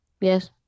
Yes